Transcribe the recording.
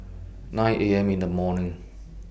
nine A M in The morning